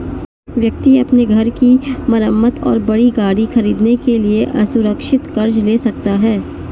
व्यक्ति अपने घर की मरम्मत और बड़ी गाड़ी खरीदने के लिए असुरक्षित कर्ज ले सकता है